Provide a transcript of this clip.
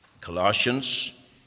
Colossians